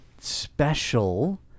special